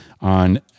on